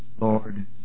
Lord